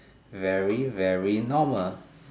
very very normal